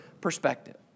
perspective